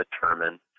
determine